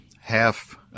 half